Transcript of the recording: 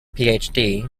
phd